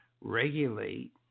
regulate